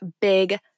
big